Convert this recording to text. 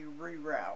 reroute